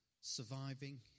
surviving